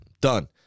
done